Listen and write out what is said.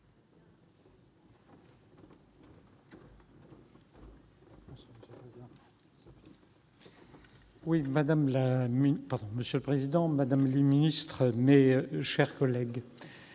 Monsieur le président, madame la ministre, mes chers collègues,